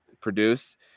produce